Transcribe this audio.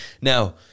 Now